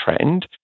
trend